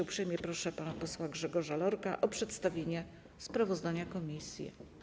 Uprzejmie proszę pana posła Grzegorza Lorka o przedstawienie sprawozdania komisji.